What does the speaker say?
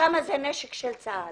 שם זה נשק של צה"ל.